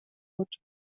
بود